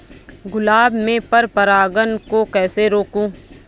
गुलाब में पर परागन को कैसे रोकुं?